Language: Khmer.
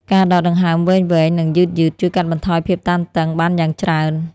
ការដកដង្ហើមវែងៗ និងយឺតៗ ជួយកាត់បន្ថយភាពតានតឹងបានយ៉ាងច្រើន។